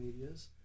medias